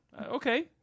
okay